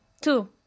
two